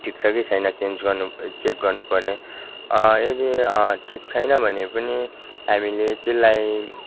ठिक छ कि छैन चेन्ज गर्नु चेक गर्नुपऱ्यो यदि ठिक छैन भने पनि हामीले तेल्लाई